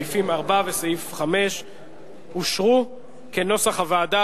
סעיף 4 וסעיף 5 אושרו כנוסח הוועדה.